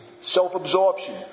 self-absorption